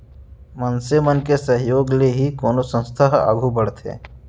मनसे मन के सहयोग ले ही कोनो संस्था ह आघू बड़थे